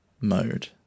mode